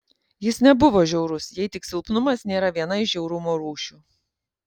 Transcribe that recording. jis nebuvo žiaurus jei tik silpnumas nėra viena iš žiaurumo rūšių